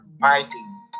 fighting